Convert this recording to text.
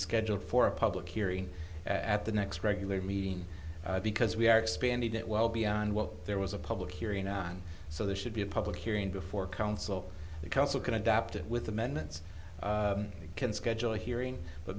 scheduled for a public hearing at the next regular meeting because we are expanding it well beyond what there was a public hearing on so there should be a public hearing before council the council can adapt it with amendments can schedule a hearing but